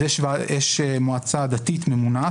אז יש מועצה דתית ממונה,